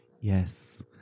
Yes